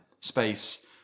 space